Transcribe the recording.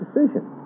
decision